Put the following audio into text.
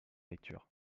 lecture